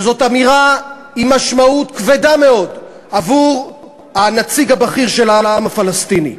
וזאת אמירה עם משמעות כבדה מאוד עבור הנציג הבכיר של העם הפלסטיני.